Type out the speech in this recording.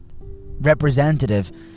representative